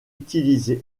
utiliser